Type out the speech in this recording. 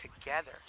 together